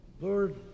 Lord